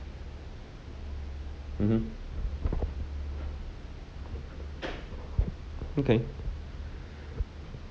mmhmm mm kay